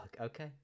Okay